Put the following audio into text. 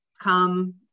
come